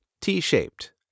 T-shaped